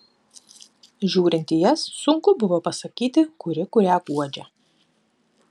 žiūrint į jas sunku buvo pasakyti kuri kurią guodžia